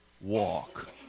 walk